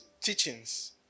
teachings